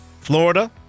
Florida